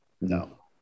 No